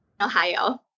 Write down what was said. Ohio